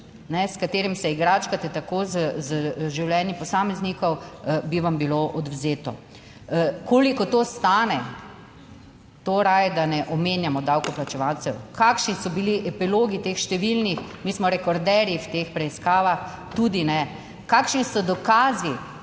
s katerim se igračkate z življenji posameznikov, bi vam bilo odvzeto. Koliko to stane? Raje, da ne omenjamo davkoplačevalcev. Kakšni so bili epilogi teh številnih, mi smo rekorderji v teh preiskavah, tudi ne. Kakšni so dokazi